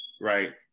Right